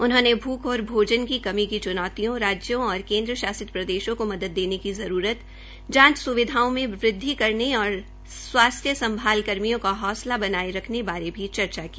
उन्होंने भूख और भोजन की कमी की च्नौतियों राज्यों और केन्द्र शासित प्रदेशों को मदद देने की जरूरत जांच सुविधाओं में वृदवि करने और स्वास्थ्य संभाल कर्मियों का हौंसला बनाये रखने बारे में भी चर्चा की